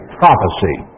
prophecy